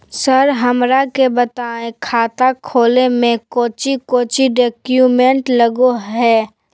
Sir हमरा के बताएं खाता खोले में कोच्चि कोच्चि डॉक्यूमेंट लगो है?